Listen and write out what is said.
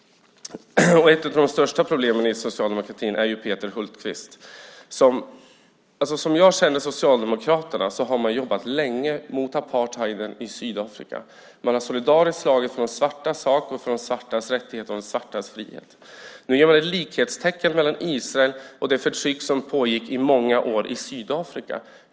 Ett av de största problemen inom socialdemokratin är Peter Hultqvist. Som jag känner Socialdemokraterna har de jobbat länge mot apartheid i Sydafrika. De har solidariskt kämpat för de svartas sak, för de svartas rättigheter och frihet. Nu sätter man likhetstecken mellan Israel och det förtryck som i många år pågick i Sydafrika.